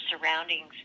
surroundings